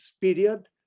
period